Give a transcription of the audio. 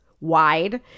wide